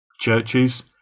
Churches